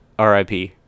RIP